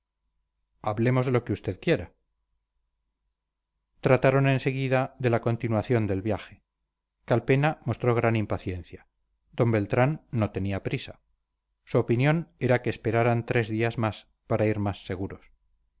hablemos de lo que usted quiera trataron en seguida de la continuación del viaje calpena mostró gran impaciencia d beltrán no tenía prisa su opinión era que esperaran tres días más para ir más seguros